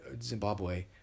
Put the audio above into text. Zimbabwe